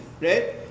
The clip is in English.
right